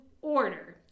order